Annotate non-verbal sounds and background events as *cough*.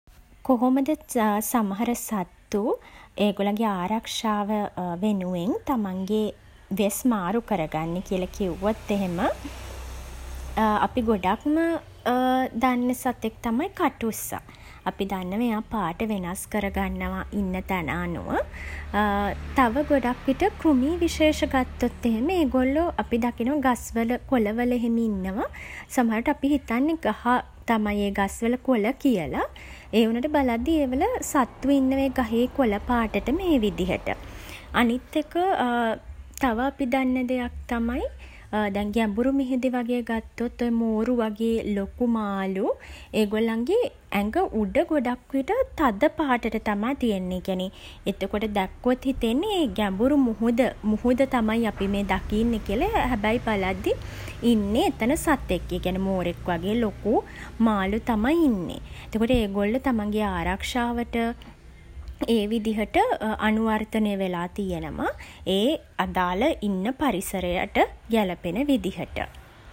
කොහොමද *hesitation* සමහර සත්තු ඒගොල්ලන්ගේ ආරක්ෂාව *hesitation* වෙනුවෙන් තමන්ගේ වෙස් මාරු කරගන්නෙ කියලා කිව්වොත් එහෙම, *hesitation* අපි ගොඩක්ම *hesitation* දන්න සතෙක් තමයි කටුස්සා. අපි දන්නවා එයා පාට වෙනස් කරගන්නවා ඉන්න තැන අනුව. *hesitation* තව ගොඩක්විට කෘමී විශේෂ ගත්තොත් එහෙම, ඒගොල්ලෝ අපි දකිනවා ගස්වල කොළ වල එහෙම ඉන්නවා. සමහරවිට අපි හිතන්නේ ගහ තමයි ඒ, ගස්වල කොළ කියලා. ඒ වුණාට බලද්දී ඒවල සත්තු ඉන්නවා ගහේ කොළ පාටටම ඒ විදිහට. අනිත් එක *hesitation* තව අපි දන්න දෙයක් තමයි *hesitation* දැන් ගැඹුරු මුහුදේ වගේ ගත්තොත්, ඔය මෝරු වගේ ලොකු මාළු, ඒගොල්ලන්ගේ ඇඟ උඩ ගොඩක්විට තද පාටට තමා තියෙන්නේ. ඒ කියන්නේ එතකොට දැක්කොත් හිතෙන්නේ ඒ ගැඹුරු මුහුද, මුහුද තමයි අපි මේ දකින්නේ කියලා. හැබැයි බලද්දී ඉන්නේ එතන සතෙක්. ඒ කියන්නේ මෝරෙක් වගේ ලොකු මාළු තමයි ඉන්නේ. එතකොට ඒගොල්ලෝ තමන්ගේ ආරක්ෂාවට, ඒ විදිහට අනුවර්තනය වෙලා තියෙනවා. ඒ අදාළ ඉන්න පරිසරයට ගැලපෙන විදිහට.